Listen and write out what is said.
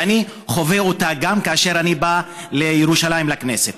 ואני חווה אותה גם כאשר אני בא לירושלים לכנסת.